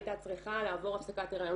היא הייתה צריכה לעבור הפסקת הריון